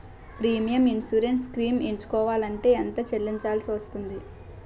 Premium insurance schemes ఎంచుకోవలంటే ఎంత చల్లించాల్సివస్తుంది??